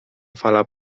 fala